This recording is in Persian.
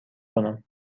کنم